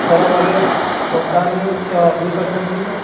सरोवरे पद्मानि च विकसन्ति